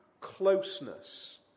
closeness